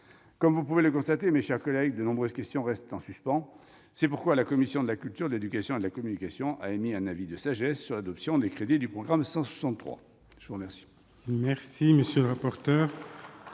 Comme vous pouvez le constater, mes chers collègues, de nombreuses questions restent en suspens. C'est pourquoi la commission de la culture, de l'éducation et de la communication a émis un avis de sagesse sur les crédits du programme 163. Mes chers